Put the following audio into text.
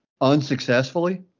unsuccessfully